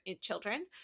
children